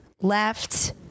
left